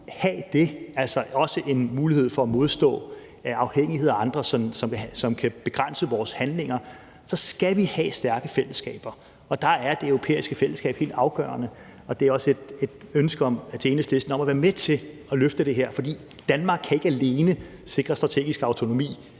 kunne have det og altså også have en mulighed for at undgå afhængighed af andre, som kan begrænse vores handlinger, så skal vi have stærke fællesskaber, og der er Det Europæiske Fællesskab helt afgørende. Det er også en appel til Enhedslisten om at være med til at løfte det her, for Danmark kan ikke alene sikre strategisk autonomi.